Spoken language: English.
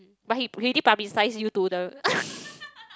but he he already publicize you to the